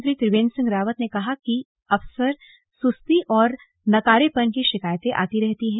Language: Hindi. मुख्यमंत्री त्रिवेन्द्र सिंह रावत ने कहा कि अक्सर अफसरों की सुस्ती और नकारेपन की शिकायतें आती रही हैं